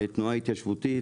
תנועה התיישבותית,